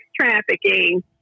trafficking